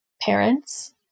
parents